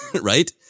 right